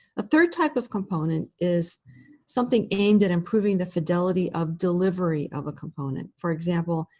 a third type of component is something aimed at improving the fidelity of delivery of a component. for example,